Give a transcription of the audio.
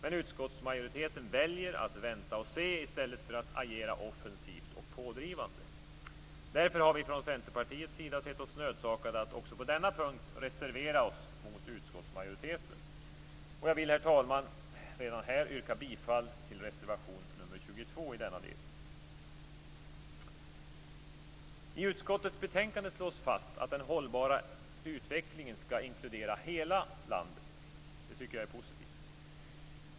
Men utskottsmajoriteten väljer att vänta och se i stället för att agera offensivt och pådrivande. Därför har vi från Centerpartiets sida sett oss nödsakade att också på denna punkt reservera oss mot utskottsmajoriteten. Och jag vill, herr talman, redan nu yrka bifall till reservation nr 22 i denna del. I utskottets betänkande slås fast att den hållbara utvecklingen skall inkludera hela landet. Det tycker jag är positivt.